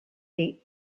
que